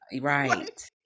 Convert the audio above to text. Right